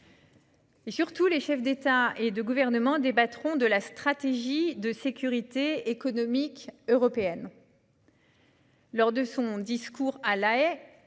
à l'. Les chefs d'État et de gouvernement débattront surtout de la stratégie de sécurité économique européenne. Lors de son discours à La Haye,